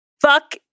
Fuck